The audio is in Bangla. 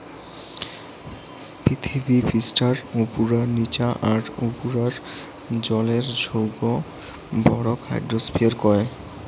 পিথীবি পিষ্ঠার উপুরা, নিচা আর তার উপুরার জলের সৌগ ভরক হাইড্রোস্ফিয়ার কয়